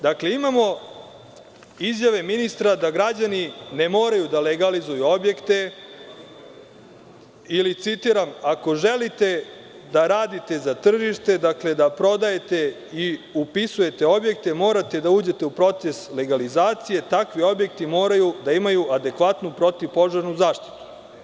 Dakle, imamo izjave ministra da građani ne moraju da legalizuju objekte ili, citiram, „ako želite da radite za tržište, dakle da prodajete i upisujete objekte, morate da uđete u proces legalizacije i takvi objekti moraju da imaju adekvatnu protivpožarnu zaštitu“